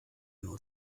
nur